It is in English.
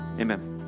amen